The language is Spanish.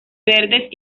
verdes